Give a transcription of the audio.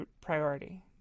priority